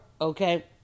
okay